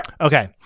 okay